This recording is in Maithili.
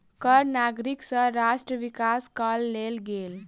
कर नागरिक सँ राष्ट्र विकास करअ लेल गेल